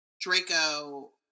Draco